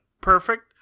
perfect